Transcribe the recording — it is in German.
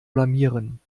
blamieren